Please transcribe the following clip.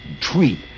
treat